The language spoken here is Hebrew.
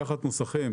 לקחת מוסכים